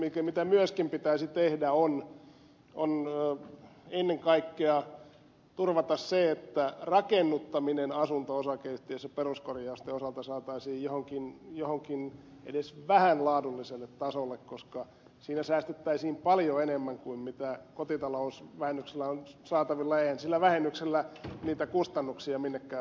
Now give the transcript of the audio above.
se mitä myöskin pitäisi tehdä on ennen kaikkea turvata se että rakennuttaminen asunto osakeyhtiöissä peruskorjausten osalta saataisiin jollekin edes vähän laadulliselle tasolle koska siinä säästettäisiin paljon enemmän kuin mitä kotitalousvähennyksellä on saatavilla ja eihän sillä vähennyksellä niitä kustannuksia minnekään vähennetä